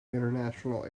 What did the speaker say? international